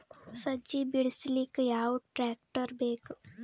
ಸಜ್ಜಿ ಬಿಡಿಸಿಲಕ ಯಾವ ಟ್ರಾಕ್ಟರ್ ಬೇಕ?